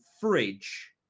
fridge